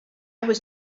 was